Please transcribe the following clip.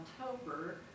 october